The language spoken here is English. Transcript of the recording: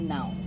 Now